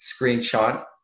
screenshot